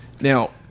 Now